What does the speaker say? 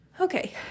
okay